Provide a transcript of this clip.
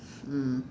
mm